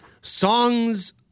songs